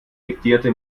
diktierte